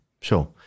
sure